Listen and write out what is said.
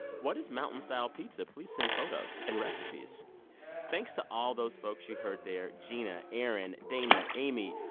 what is mountain-style pizza? please send photos and recipes thanks to all those folks you heard there gina, erin, dana, amy,